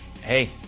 Hey